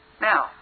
Now